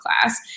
class